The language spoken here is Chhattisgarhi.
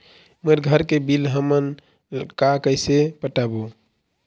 मोर घर के बिल हमन का कइसे पटाबो?